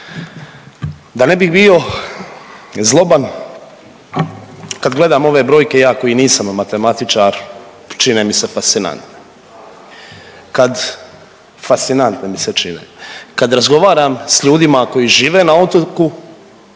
Da ne bih bio zloban, kad gledam ove brojke iako i nisam matematičar čine mi se fascinantne. Kad, fascinantne mi se čine. Kad razgovaram sa ljudima koji žive na otoku